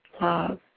love